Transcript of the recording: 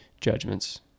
judgments